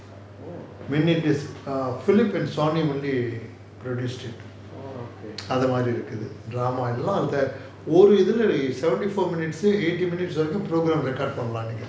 oh